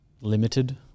limited